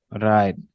Right